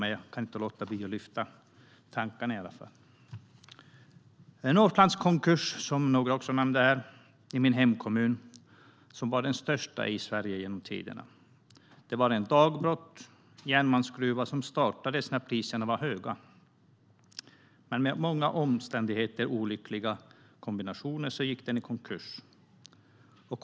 Men jag kan inte låta bli att lyfta tankarna i alla fall. Northlands konkurs, som några nämnde här, i min hemkommun var den största i Sverige genom tiderna. Det var ett dagbrott - en järnmalmsgruva som startades när priserna var höga. Men i och med många omständigheter i olyckliga kombinationer gick den i konkurs.